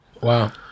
Wow